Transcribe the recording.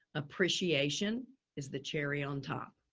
appreciation is the cherry on top.